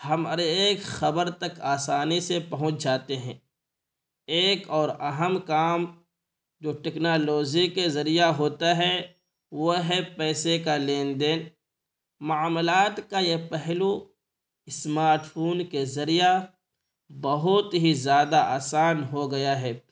ہم ہر ایک خبر تک آسانی سے پہنچ جاتے ہیں ایک اور اہم کام جو ٹیکنالوجی کے ذریعہ ہوتا ہے وہ ہے پیسے کا لین دین معاملات کا یہ پہلو اسمارٹ فون کے ذریعہ بہت ہی زیادہ آسان ہو گیا ہے